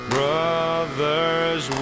Brothers